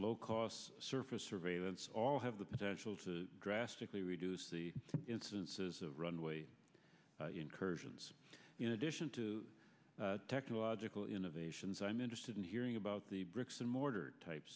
low cost surface surveillance all have the potential to drastically reduce the instances of runway incursions in addition to technological innovations i'm interested in hearing about the bricks and mortar type